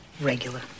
Regular